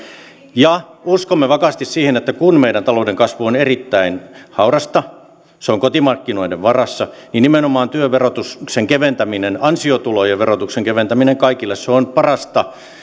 ja uskomme vakaasti siihen että kun meidän talouden kasvu on erittäin haurasta se on kotimarkkinoiden varassa niin nimenomaan työn verotuksen keventäminen ansiotulojen verotuksen keventäminen kaikille on parasta